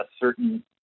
certain